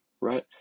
right